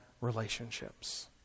relationships